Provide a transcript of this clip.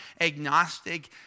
agnostic